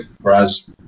Whereas